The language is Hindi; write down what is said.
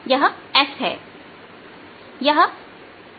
यह S है